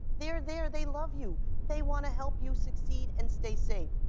they're there. they love you. they wanna help you succeed and stay safe.